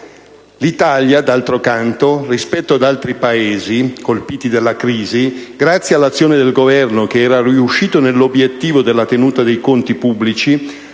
L'Italia, d'altro canto, rispetto ad altri Paesi colpiti dalla crisi, grazie all'azione del Governo che era riuscito nell'obiettivo della tenuta dei conti pubblici,